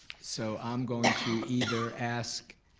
so, i'm going to either ask,